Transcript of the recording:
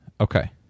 Okay